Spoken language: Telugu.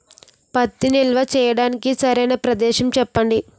పత్తి నిల్వ చేయటానికి సరైన ప్రదేశం చెప్పండి?